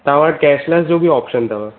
तव्हां वटि कैशलेस जो बि ऑपशन अथव